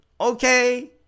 Okay